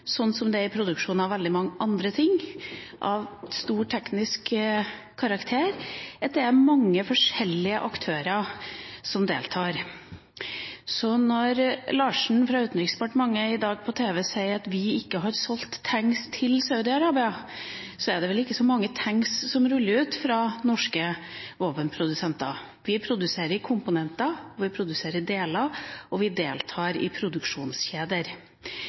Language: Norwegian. sånn som det er i produksjonen av veldig mange andre ting av høy teknisk karakter – at det er mange forskjellige aktører som deltar. Larsen fra Utenriksdepartementet sa på TV i dag at vi ikke har solgt tanks til Saudi-Arabia, og det er vel ikke så mange tanks som ruller ut fra norske våpenprodusenter. Vi produserer komponenter og deler, og vi deltar i produksjonskjeder.